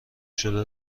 شده